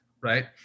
right